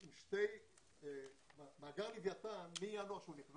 את העבודה הזאת לשני איגודי הערים הסמוכים לרוטנברג ואורות רבין.